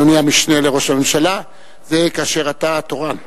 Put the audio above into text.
ואדוני המשנה לראש הממשלה, זה כאשר אתה תורן.